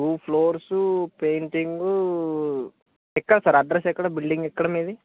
two floors పెయింటింగూ ఎక్కడ sir address ఎక్కడ బిల్డింగ్ ఎక్కడ మీది